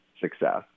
success